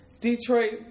Detroit